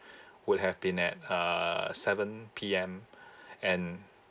would have been at uh seven P_M and